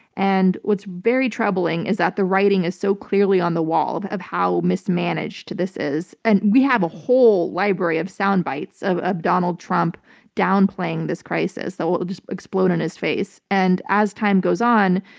and what's very troubling is that the writing is so clearly on the wall of how mismanaged this is. and we have a whole library of soundbites of of donald trump downplaying this crisis that will just explode in his face. and as time goes on,